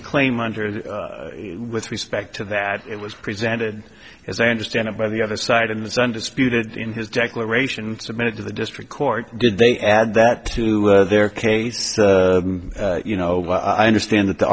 a claim under with respect to that it was presented as i understand it by the other side in this undisputed in his declaration submitted to the district court did they add that to their case you know i understand that the